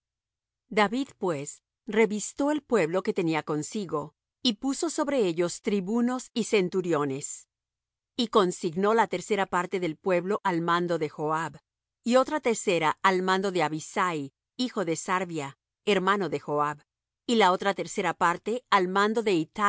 david pues revistó el pueblo que tenía consigo y puso sobre ellos tribunos y centuriones y consignó la tercera parte del pueblo al mando de joab y otra tercera al mando de abisai hijo de sarvia hermano de joab y la otra tercera parte al mando de